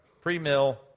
Pre-mill